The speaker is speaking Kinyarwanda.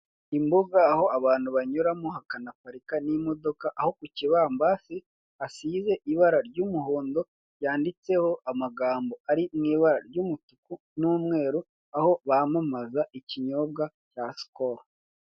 Imbuga aho abantu banyuramo hakanaparika n'imodoka aho ku kibambasi hasize ibara ry'umuhondo ryanditseho amagambo ari mu ibara ry'umutuku n'umweru aho bamamaza ikinyobwa cya sikolo.